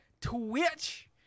Twitch